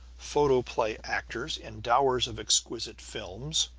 photoplay actors, endowers of exquisite films,